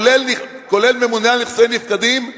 כולל ממונה על נכסי נפקדים,